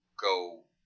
go